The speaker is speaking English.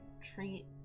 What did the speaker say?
treat